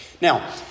Now